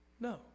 No